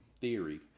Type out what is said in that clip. theory